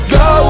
go